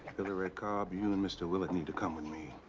billy ray carb, you and mr. willard need to come with me.